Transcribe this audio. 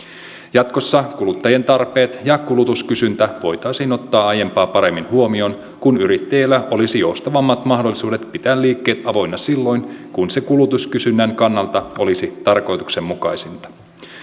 jatkossa kuluttajien tarpeet ja kulutuskysyntä voitaisiin ottaa aiempaa paremmin huomioon kun yrittäjillä olisi joustavammat mahdollisuudet pitää liikkeet avoinna silloin kun se kulutuskysynnän kannalta olisi tarkoituksenmukaisinta